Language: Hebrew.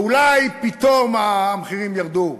ואולי פתאום המחירים ירדו.